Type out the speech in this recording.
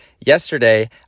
yesterday